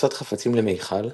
הכנסת חפצים למיכל,